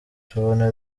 tubona